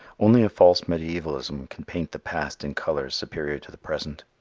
only a false mediaevalism can paint the past in colors superior to the present.